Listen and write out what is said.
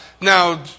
now